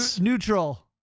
neutral